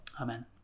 Amen